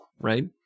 right